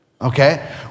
okay